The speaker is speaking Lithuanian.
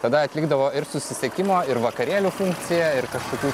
tada atlikdavo ir susisiekimo ir vakarėlių funkciją ir kažkokių